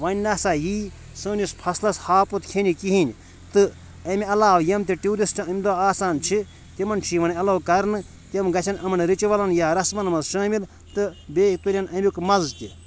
وۄنۍ نسا یی سٲنِس پھَصلَس ہاپُت کھیٚنہِ کِہیٖنۍ تہٕ اَمہِ علاوٕ یِم تہِ ٹیوٗرِسٹ اَمہِ دۄہ آسان چھِ تِمَن چھِ یِوان ایٚلو کَرنہٕ تِم گژھن یِمَن رِچوَلَن یا رَسمَن منٛز شٲمِل تہٕ بیٚیہِ تُلٕن اَمیُک مَزٕ تہِ